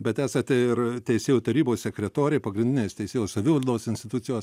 bet esate ir teisėjų tarybos sekretorė pagrindinės teisėjų savivaldos institucijos